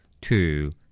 two